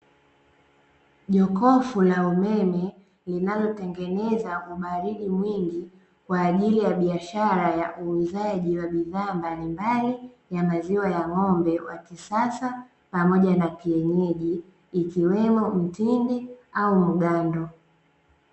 Jokofu la umeme linalotengeneza ubaridi mwingi kwa ajili ya biashara ya uuzaji wa bidhaa mbalimbali ya maziwa ya ng'ombe wa kisasa pamoja na kienyeji, ikiwemo; mtindi au mgando.